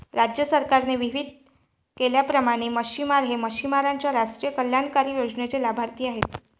राज्य सरकारने विहित केल्याप्रमाणे मच्छिमार हे मच्छिमारांच्या राष्ट्रीय कल्याणकारी योजनेचे लाभार्थी आहेत